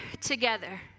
together